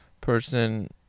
person